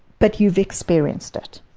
but you've experienced it.